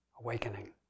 awakening